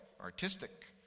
artistic